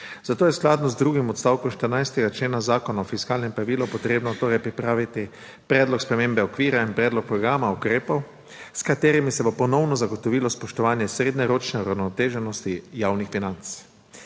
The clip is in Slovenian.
Zato je skladno z drugim odstavkom 14. člena Zakona o fiskalnem pravilu potrebno pripraviti predlog spremembe okvira in predlog programa ukrepov, s katerimi se bo ponovno zagotovilo spoštovanje srednjeročne uravnoteženosti javnih financ.